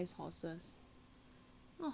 what horses what can they do sia